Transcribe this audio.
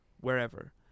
wherever